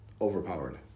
overpowered